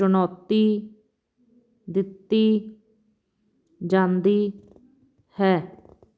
ਚੁਣੌਤੀ ਦਿੱਤੀ ਜਾਂਦੀ ਹੈ